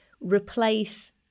replace